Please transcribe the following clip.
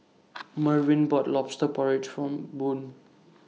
Mervin bought Lobster Porridge For Boone